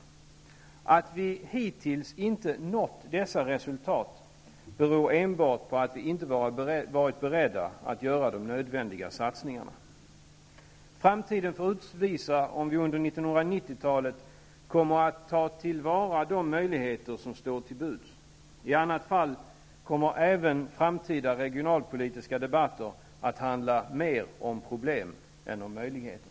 Att vi hittills inte nått dessa resultat beror enbart på att vi inte varit beredda att göra de nödvändiga satsningarna. Framtiden får utvisa om vi under 1990-talet kommer att ta till vara de möjligheter som står till buds. I annat fall kommer även framtida regionalpolitiska debatter att handla mer om problem än om möjligheter.